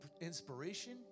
inspiration